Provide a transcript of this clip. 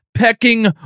pecking